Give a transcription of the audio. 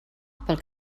pel